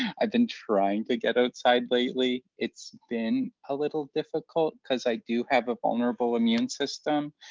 i've been trying to get outside lately. it's been a little difficult cause i do have vulnerable immune system.